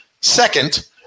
Second